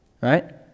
right